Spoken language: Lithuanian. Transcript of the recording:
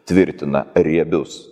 tvirtina riebius